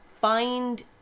find